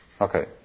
Okay